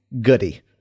Goody